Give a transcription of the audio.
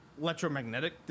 electromagnetic